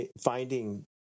finding